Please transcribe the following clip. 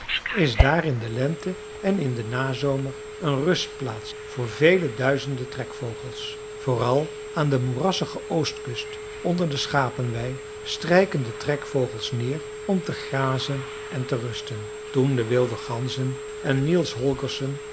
is daar in de lente en in den nazomer een rustplaats voor vele duizenden trekvogels vooral aan de moerassige oostkust onder de schapenwei strijken de trekvogels neer om te grazen en te rusten toen de wilde ganzen en niels